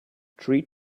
treat